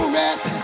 rest